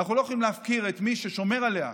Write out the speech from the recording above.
אנחנו לא יכולים להפקיר את מי ששומר עליה.